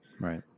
Right